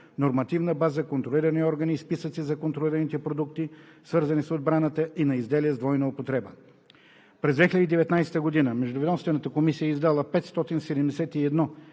нормативна база, контролни органи и списъци на контролираните продукти, свързани с отбраната, и на изделия с двойна употреба. През 2019 г. Междуведомствената комисия е издала 571 разрешения